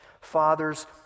Fathers